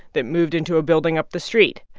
that moved into a building up the street.